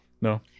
No